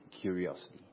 curiosity